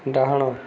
ଡାହାଣ